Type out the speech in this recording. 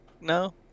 No